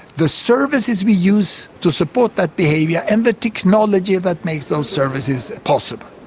the services we use to support that behaviour and the technology that makes those services possible,